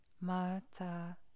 Mata